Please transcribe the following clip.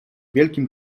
wielkim